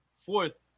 Fourth